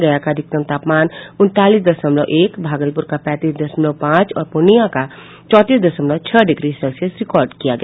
गया का अधिकतम तापमान उनतालीस दशमलव एक भागलपुर का पैंतीस दशमलव पांच और पूर्णिया का चौंतीस दशमलव छह डिग्री सेल्सियस रिकार्ड किया गया